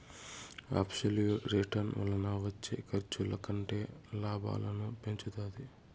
absolute return వలన వచ్చే ఖర్చుల కంటే లాభాలను పెంచుతాది